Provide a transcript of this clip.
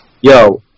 yo